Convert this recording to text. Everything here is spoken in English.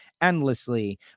endlessly